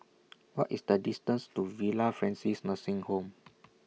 What IS The distance to Villa Francis Nursing Home